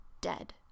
dead